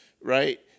right